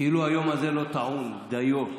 כאילו היום הזה לא טעון דיו.